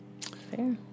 fair